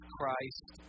Christ